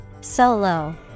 Solo